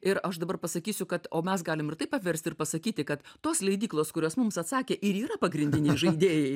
ir aš dabar pasakysiu kad o mes galim ir taip paverst ir pasakyti kad tos leidyklos kurios mums atsakė ir yra pagrindiniai žaidėjai